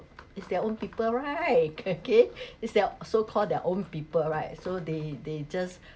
it's their own people right okay is their so called their own people right so they they just